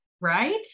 Right